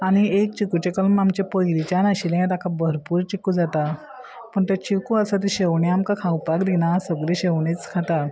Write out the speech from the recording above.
आनी एक चिकूचे कल्म आमचे पयलींच्यान आशिल्ले ताका भरपूर चिकू जाता पूण तें चिकू आसा ते शेवणी आमकां खावपाक दिना सगळीं शेवणीच खाता